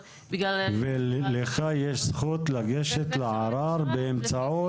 ולך יש זכות לגשת לערר באמצעות --- ואפשר